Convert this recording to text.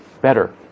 better